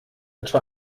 etwa